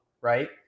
right